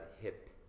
hip